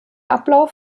ablauf